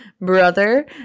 brother